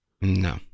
No